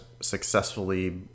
successfully